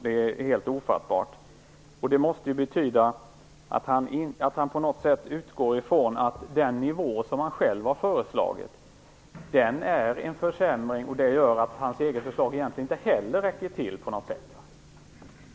Det måste betyda att han på något sätt utgår från att den nivå som han själv har föreslagit är en försämring, och det gör att hans eget förslag egentligen inte heller räcker till.